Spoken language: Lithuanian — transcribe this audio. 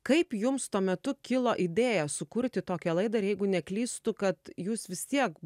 kaip jums tuo metu kilo idėja sukurti tokią laidą ir jeigu neklystu kad jūs vis tiek